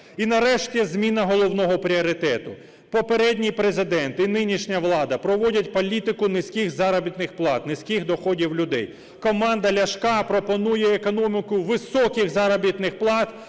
І, нарешті, зміна головного пріоритету. Попередній Президент і нинішня влада проводять політику низьких заробітних плат, низьких доходів людей. Команда Ляшка пропонує економіку високих заробітних плат,